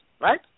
right